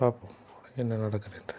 பார்ப்போம் என்ன நடக்குது என்று